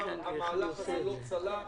המהלך הזה לא צלח.